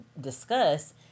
discuss